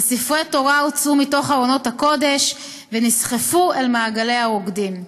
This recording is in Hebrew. וספרי תורה הוצאו מתוך ארונות הקודש ונסחפו אל מעגלי הרוקדים".